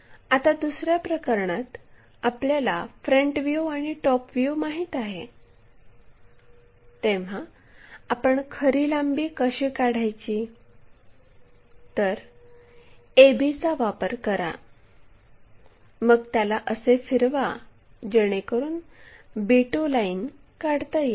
आता दुसऱ्या प्रकरणात आपल्याला फ्रंट व्ह्यू आणि टॉप व्ह्यू माहित आहे तेव्हा आपण खरी लांबी कशी काढायची तर ab चा वापर करा मग त्याला असे फिरवा जेणेकरून b2 लाईन काढता येईल